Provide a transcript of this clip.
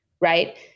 right